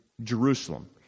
Jerusalem